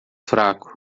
fraco